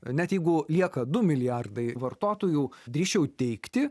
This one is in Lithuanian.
net jeigu lieka du milijardai vartotojų drįsčiau teigti